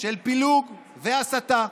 של פילוג והסתה,